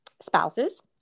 spouses